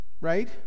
right